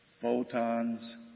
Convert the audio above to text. photons